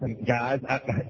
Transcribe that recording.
guys